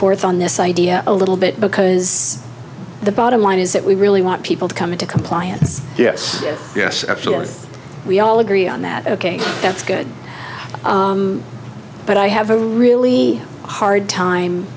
forth on this idea a little bit because the bottom line is that we really want people to come into compliance yes yes absolutely we all agree on that ok that's good but i have a really hard time